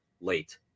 late